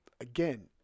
again